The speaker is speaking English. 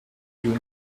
you